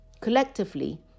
Collectively